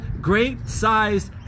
great-sized